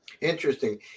Interesting